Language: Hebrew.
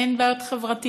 אין בעיות חברתיות.